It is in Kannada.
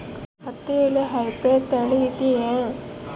ಹತ್ತಿಯಲ್ಲಿ ಹೈಬ್ರಿಡ್ ತಳಿ ಇದೆಯೇ?